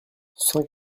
cent